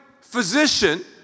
physician